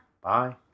Bye